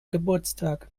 geburtstag